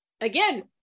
Again